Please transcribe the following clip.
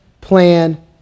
plan